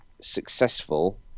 successful